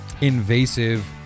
invasive